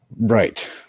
right